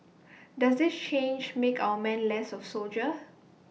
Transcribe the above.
does this change make our men less of soldiers